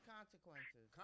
Consequences